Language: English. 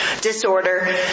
disorder